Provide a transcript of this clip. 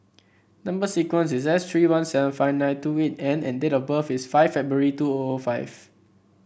number sequence is S three one seven five nine two eight N and date of birth is five February two O O five